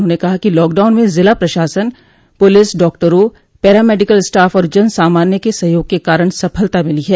उन्होंने कहा कि लॉकडाउन में जिला प्रशासन पुलिस डॉक्टरों पैरामेडिकल स्टाफ और जन सामान्य के सहयोग के कारण सफलता मिली है